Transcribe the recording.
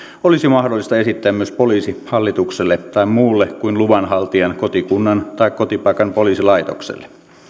olisi mahdollista esittää myös poliisihallitukselle tai muulle kuin luvanhaltijan kotikunnan tai kotipaikan poliisilaitokselle